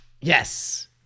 yes